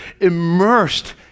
immersed